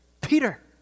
Peter